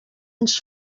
ens